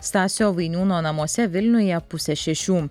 stasio vainiūno namuose vilniuje pusė šešių